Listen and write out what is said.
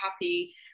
happy